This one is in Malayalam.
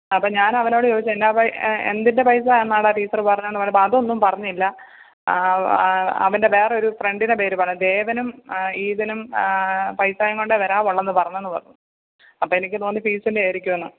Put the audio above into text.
അപ്പോള് ഞാനവനോട് ചോദിച്ചു എന്നാ എന്തിൻ്റെ പൈസ എന്നാടാ ടീച്ചര് പറഞ്ഞേന്ന് പറഞ്ഞപ്പോള് അതൊന്നുമ്പറഞ്ഞില്ല അവൻ്റെ വേറൊരു ഫ്രണ്ടിനെ പേരു പറഞ്ഞ് ദേവനും ഈതനും പൈസായുങ്കൊണ്ടേ വരാവുള്ളൂ എന്നു പറഞ്ഞെന്ന് പറഞ്ഞു അപ്പോള് എനിക്ക് തോന്നി ഫീസിൻ്റെ ആയിരിക്കുമെന്ന്